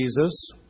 Jesus